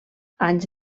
anys